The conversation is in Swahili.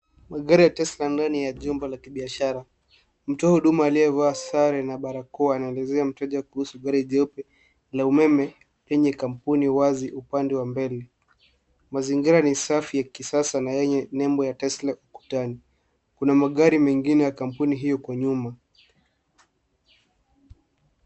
Magari ya Tesla ambalo ni la jumba la kibiashara. Mtoa huduma aliyevaa sare na barakoa, anaulizia mteja kuhusu gari jeupe la umeme lenye kampuni wazi upande wa mbele. Mazingira ni safi ya kisasa, na yenye nembo ya Tesla ukutani. Kuna magari mengine ya kampuni hiyo kwa nyuma.